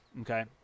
Okay